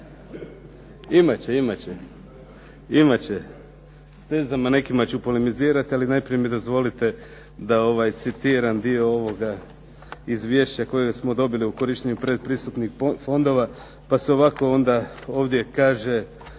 Svi za mnom! S tezama ću nekim polemizirati ali najprije mi dozvolite da citiram dio ovoga izvješća kojega smo dobili o korištenju predpristupnih fondova, pa se ovako onda ovdje kaže,